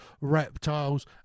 reptiles